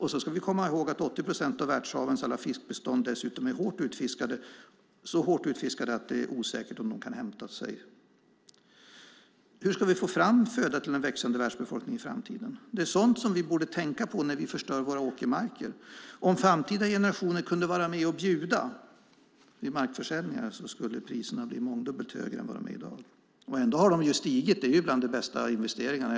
Vi ska komma ihåg att 80 procent av världshavens alla fiskbestånd är så hårt utfiskade att det är osäkert om de kan återhämta sig. Hur ska vi få fram föda till den växande världsbefolkningen i framtiden? Det är sådant som vi borde tänka på när vi förstör våra åkermarker. Om framtida generationer kunde vara med och bjuda vid markförsäljningar skulle priserna bli mångdubbelt högre än i dag. Ändå har de stigit. De är bland de bästa investeringarna.